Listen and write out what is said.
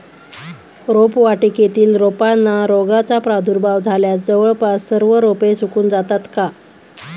रोपवाटिकेतील रोपांना रोगाचा प्रादुर्भाव झाल्यास जवळपास सर्व रोपे सुकून जातात का?